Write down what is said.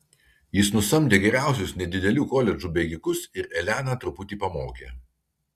jis nusamdė geriausius nedidelių koledžų bėgikus ir eleną truputį pamokė